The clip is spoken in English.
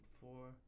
four